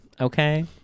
Okay